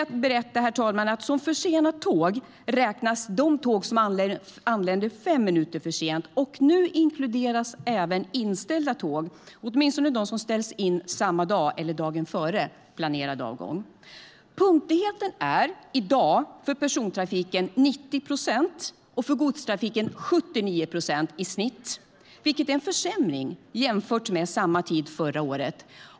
Jag kan berätta att som försenat tåg räknas de tåg som anländer 5 minuter för sent. Nu inkluderas även inställda tåg, åtminstone de som ställs in samma dag eller dagen före planerad avgång. Punktligheten i dag är för persontågstrafiken 90 procent och för godstågen 79 procent i snitt, vilket är en försämring jämfört med samma tid förra året.